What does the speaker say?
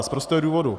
Z prostého důvodu.